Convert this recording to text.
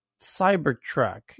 Cybertruck